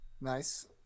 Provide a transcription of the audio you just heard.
nice